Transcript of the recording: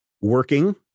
working